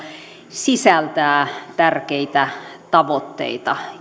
sisältää tärkeitä tavoitteita